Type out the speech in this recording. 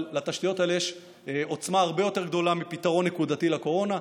אבל לתשתיות האלה יש עוצמה הרבה יותר גדולה מפתרון נקודתי לקורונה.